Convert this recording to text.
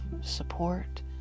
support